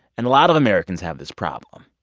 and a lot of americans have this problem.